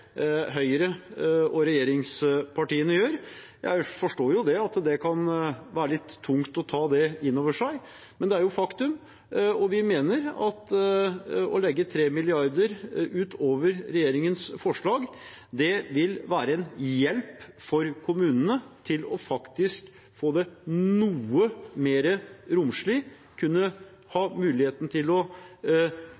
Høyre og regjeringspartiene gjør. Jeg forstår at det kan være litt tungt å ta inn over seg. Men det er jo et faktum. Og vi mener at å legge på 3 mrd. kr utover regjeringens forslag vil være en hjelp for kommunene til å få det noe mer romslig og kunne ha